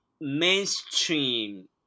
mainstream